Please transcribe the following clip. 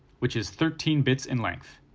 which is thirteen bits in length.